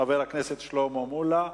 חבר הכנסת שלמה מולה,